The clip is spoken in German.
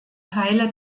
teile